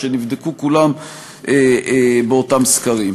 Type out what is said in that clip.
שנבדקו כולם באותם סקרים.